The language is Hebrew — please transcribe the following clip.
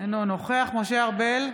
אינו נוכח משה ארבל,